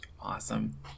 Awesome